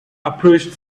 approached